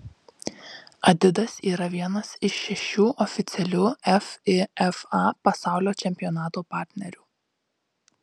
adidas yra vienas iš šešių oficialių fifa pasaulio čempionato partnerių